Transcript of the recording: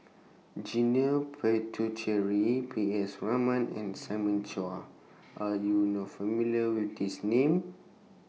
Janil Puthucheary P S Raman and Simon Chua Are YOU not familiar with These Names